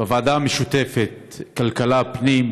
בוועדה המשותפת כלכלה-פנים,